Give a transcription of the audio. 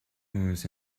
movies